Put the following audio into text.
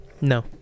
No